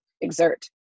exert